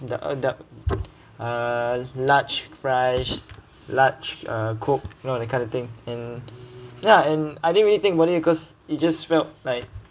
the~ uh the~ uh large fries large uh coke you know that kind of thing and ya and I didn't really think about it because it just felt like